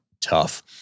tough